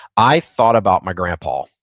i thought about my grandpa.